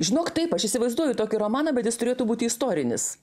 žinok taip aš įsivaizduoju tokį romaną bet jis turėtų būti istorinis